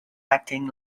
acting